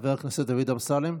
חבר הכנסת דוד אמסלם,